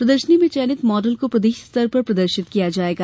प्रदर्शनी में चयनित मॉडल को प्रदेश स्तर पर प्रदर्शित किया जायेगा